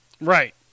Right